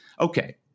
Okay